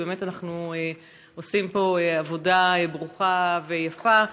באמת אנחנו עושים פה עבודה ברוכה ויפה,